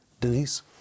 Denise